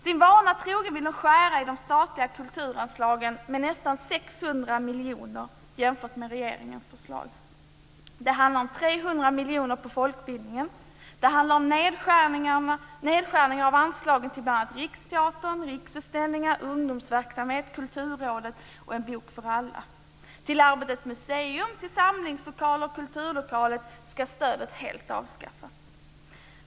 Sin vana trogen vill de skära i de statliga kulturanslagen med nästan Det handlar om 300 miljoner på folkbildningen, och det handlar om nedskärningar av anslagen till bl.a. Kulturrådet och En bok för alla. Till Arbetets museum, till samlingslokaler och till kulturlokaler ska stödet helt avskaffas.